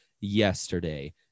yesterday